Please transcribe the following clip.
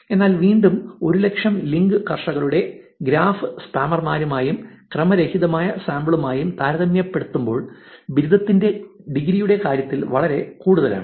എന്നാൽ വീണ്ടും 100000 ലിങ്ക് ഫാർമേഴ്സിന്റെ ഗ്രാഫ് സ്പാമർമാരുമായും ക്രമരഹിതമായ സാമ്പിളുമായും താരതമ്യപ്പെടുത്തുമ്പോൾ ബിരുദത്തിന്റെ കാര്യത്തിൽ വളരെ കൂടുതലാണ്